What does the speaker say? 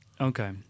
Okay